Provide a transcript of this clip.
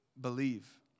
believe